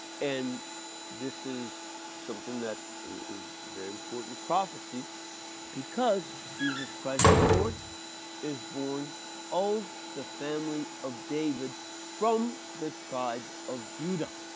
and this is something that is very important prophecy because jesus christ our lord is born of the family of david from the tribe of judah.